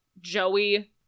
Joey